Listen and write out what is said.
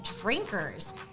drinkers